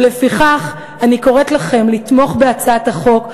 ולפיכך אני קוראת לכם לתמוך בהצעת החוק,